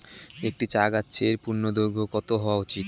একটি চা গাছের পূর্ণদৈর্ঘ্য কত হওয়া উচিৎ?